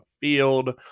field